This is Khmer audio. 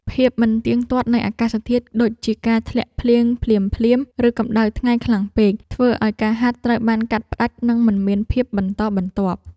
ភាពមិនទៀងទាត់នៃអាកាសធាតុ ដូចជាការធ្លាក់ភ្លៀងភ្លាមៗ ឬកម្ដៅថ្ងៃខ្លាំងពេក ធ្វើឱ្យការហាត់ត្រូវបានកាត់ផ្ដាច់ និងមិនមានភាពបន្តបន្ទាប់។